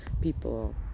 people